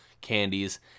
candies